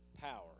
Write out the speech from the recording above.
power